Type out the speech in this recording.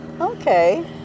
Okay